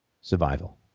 survival